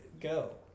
go